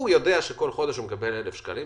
הוא יודע שכל חודש הוא מקבל 1,000 שקלים.